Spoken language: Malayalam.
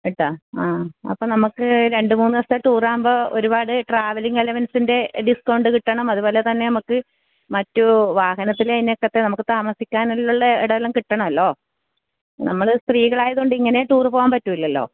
കേട്ടാ ആ അപ്പം നമുക്ക് രണ്ട് മൂന്ന് ദിവസത്തെ ടൂറ് ആവുമ്പോൾ ഒരുപാട് ട്രാവലിംഗ് അലവൻസിൻ്റെ ഡിസ്കൗണ്ട് കിട്ടണം അതുപോലെ തന്നെ നമുക്ക് മറ്റു വാഹനത്തിലതിനകത്ത് നമുക്ക് താമസിക്കാൻ ഉള്ളുള്ള എടെല്ലാം കിട്ടണോല്ലോ നമ്മൾ സ്ത്രീകളായതുകൊണ്ട് ഇങ്ങനെ ടൂറ് പോവാൻ പറ്റൂലല്ലോ